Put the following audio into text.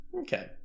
okay